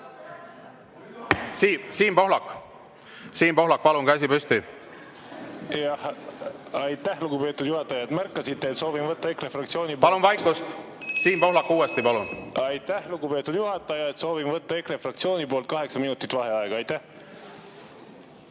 Siim Pohlak. Siim Pohlak, palun! Käsi püsti. Aitäh, lugupeetud juhataja, et märkasite, et soovime võtta EKRE fraktsiooni… Palun vaikust! Siim Pohlak, uuesti, palun! Aitäh, lugupeetud juhataja! Soovime võtta EKRE fraktsiooni poolt kaheksa minutit vaheaega. Aitäh,